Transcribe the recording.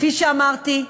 כפי שאמרתי,